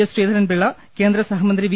S Sreedharan Pillai കേന്ദ്ര സഹമന്ത്രി V